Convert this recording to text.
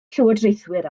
llywodraethwyr